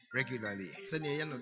regularly